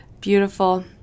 Beautiful